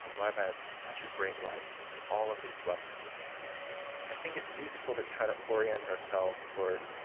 why have i had such a great life and all of these blessings? and i think it's useful to try to orient ourselves toward